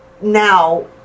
now